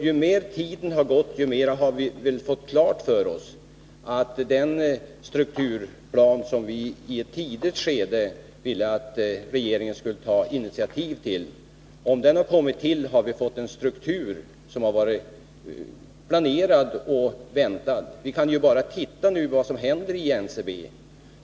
Ju längre tiden har gått, desto bättre har vi fått klart för oss att om den strukturplan som vi i ett tidigt skede ville att regeringen skulle ta initiativ till verkligen hade utarbetats, så hade vi fått en struktur som hade varit planerad och väntad. Nu kan vi bara se på vad som händer i NCB.